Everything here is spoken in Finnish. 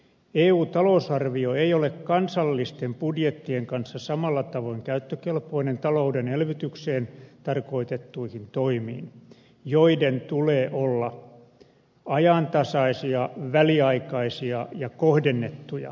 eu talousarvio ei ole kansallisten budjettien kanssa samalla tavoin käyttökelpoinen talouden elvytykseen tarkoitettuihin toimiin joiden tulee olla ajantasaisia väliaikaisia ja kohdennettuja